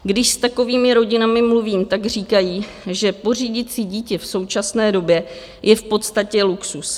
Když s takovými rodinami mluvím, tak říkají, že pořídit si dítě v současné době je v podstatě luxus.